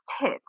hit